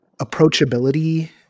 approachability